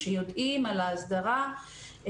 שיודעים על ההסדרה,